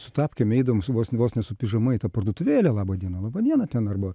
su tapkėm eidavom su vos vos ne su pižama į tą parduotuvėlę laba diena laba diena ten arba